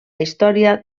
història